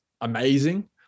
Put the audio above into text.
amazing